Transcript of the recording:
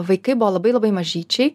vaikai buvo labai labai mažyčiai